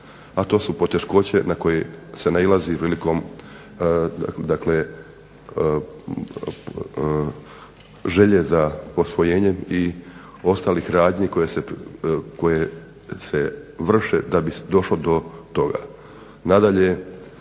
A to su poteškoće na koje se nailazi prilikom željeza posvojenjem i ostalih radnji koje se vrše da bi došlo do toga.